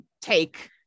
take